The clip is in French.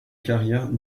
carrière